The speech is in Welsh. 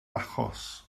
achos